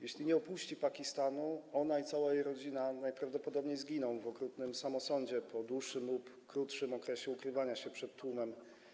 Jeśli nie opuści Pakistanu, ona i cała jej rodzina prawdopodobnie zginą w okrutnym samosądzie po dłuższym lub krótszym okresie ukrywania się przed tłumem.